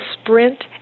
Sprint